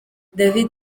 david